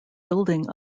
building